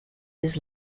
his